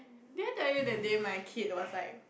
did I tell you that day my kid was like